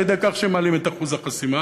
על-ידי כך שהם מעלים את אחוז החסימה,